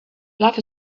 love